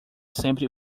sempre